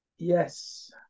Yes